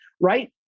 right